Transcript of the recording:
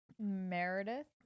Meredith